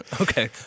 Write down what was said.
Okay